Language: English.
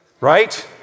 right